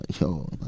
Yo